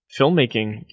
filmmaking